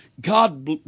God